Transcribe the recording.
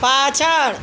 પાછળ